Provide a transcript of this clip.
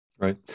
Right